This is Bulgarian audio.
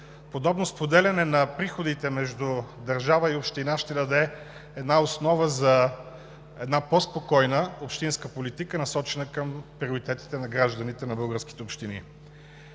подобно споделяне на приходите между държава и община ще даде основа за по спокойна общинска политика, насочена към приоритетите на гражданите на българските общини.